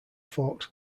forks